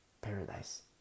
Paradise